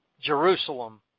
Jerusalem